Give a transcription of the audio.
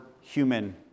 human